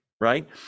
right